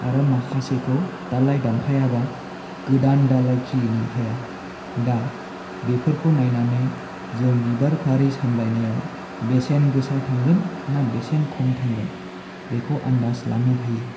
आरो माखासेखौ दालाय दानफायाबा गोदान दालाय खिलिनो हाया दा बेफोरखौ नायनानै जों बिबारबारि सामलायनायाव बेसेन गोसा थांगोन ना बेसे खम थांगोन बेखौ आनदाज लानो हायो